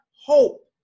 hope